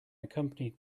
accompanied